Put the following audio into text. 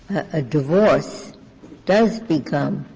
a divorce does become